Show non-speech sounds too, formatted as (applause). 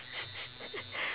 (laughs)